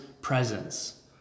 presence